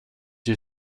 you